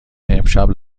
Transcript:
امشب